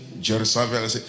Jerusalem